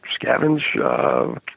scavenge